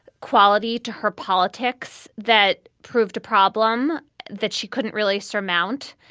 quality to her politics that proved a problem that she couldn't really surmount.